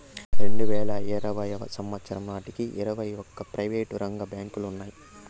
రెండువేల ఇరవై సంవచ్చరం నాటికి ఇరవై ఒక్క ప్రైవేటు రంగ బ్యాంకులు ఉన్నాయి